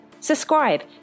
Subscribe